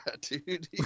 Dude